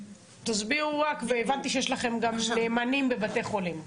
תסבירו רק, והבנתי שיש לכם גם נאמנים בבתי חולים.